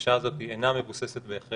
הבקשה הזאת איננה מבוססת בהכרח,